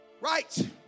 Right